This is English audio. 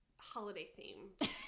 holiday-themed